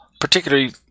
particularly